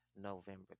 November